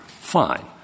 Fine